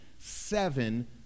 Seven